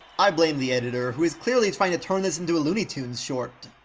i blame the editor, who is clearly trying to turn this into a looney tunes short.